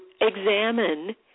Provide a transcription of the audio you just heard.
examine